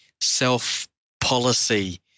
self-policy